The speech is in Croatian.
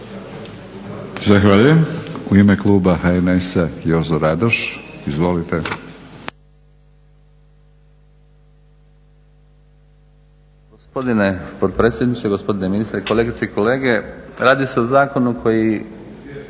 Zahvaljujem. U ime Kuba HNS-a Jozo Radoš. Izvolite.